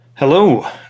Hello